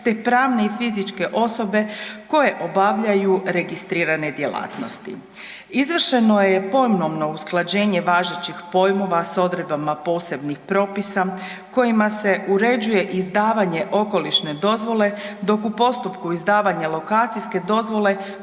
te pravne i fizičke osobe koje obavljaju registrirane djelatnosti. Izvršeno je pojmovno usklađenje važećih pojmova s odredbama posebnih propisa kojima se uređuje izdavanje okolišne dozvole dok u postupku izdavanja lokacijske dozvole